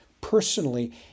personally